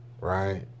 right